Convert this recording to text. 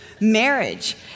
marriage